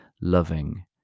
loving